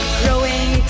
growing